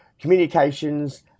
communications